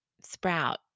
sprout